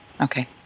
okay